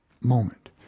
moment